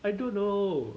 I don't know